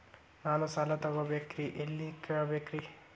ನಾನು ಸಾಲ ತೊಗೋಬೇಕ್ರಿ ಎಲ್ಲ ಕೇಳಬೇಕ್ರಿ?